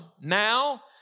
now